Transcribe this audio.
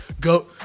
Go